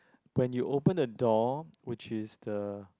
when you open the door which is the